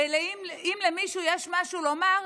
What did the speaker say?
ואם למישהו יש משהו לומר,